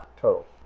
Total